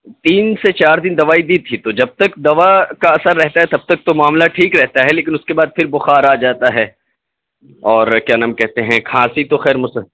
تین سے چار دن دوائی دی تھی تو جب تک دوا کا اثر رہتا ہے تب تک تو معاملہ ٹھیک رہتا ہے لیکن اس کے بعد پھر بخار آ جاتا ہے اور کیا نام کہتے ہیں کھانسی تو خیر مسل